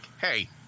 hey